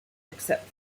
except